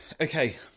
Okay